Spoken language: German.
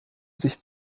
sich